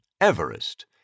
Everest